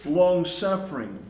long-suffering